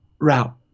route